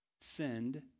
send